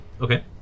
Okay